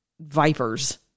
vipers